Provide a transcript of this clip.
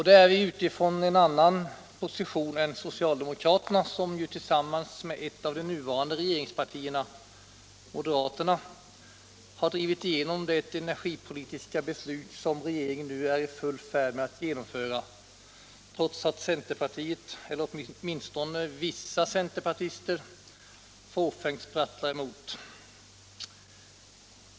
Det är vi utifrån en annan position än socialdemokraterna, som ju tillsammans med ett av de nuvarande regeringspartierna, moderaterna, har drivit igenom det energipolitiska beslut som regeringen nu är i full färd med att genomföra trots att centerpartiet, eller åtminstone vissa centerpartister, fåfängt sprattlar emot.